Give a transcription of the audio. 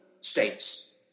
states